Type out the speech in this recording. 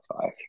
five